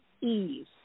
ease